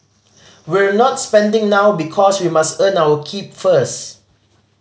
we're not spending now because we must earn our keep first